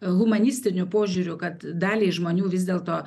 humanistiniu požiūriu kad daliai žmonių vis dėlto